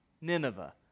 Nineveh